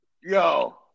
Yo